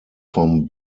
vom